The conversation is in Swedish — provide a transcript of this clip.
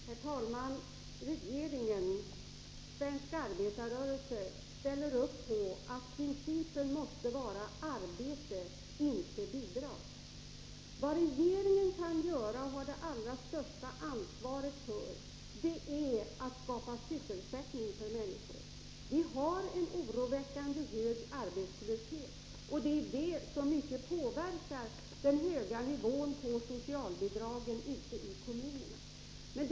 Herr talman! Regeringen och den svenska arbetarrörelsen anser att principen måste vara arbete och inte bidrag. Vad regeringen kan göra och har det allra största ansvaret för är att skapa sysselsättning åt människor. Vi har en oroväckande hög arbetslöshet. Detta påverkar mycket den höga frekvensen av socialbidragen ute i kommunerna.